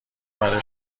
برای